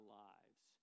lives